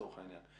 לצורך העניין,